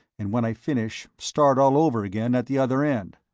and when i finish, start all over again at the other end.